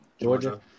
Georgia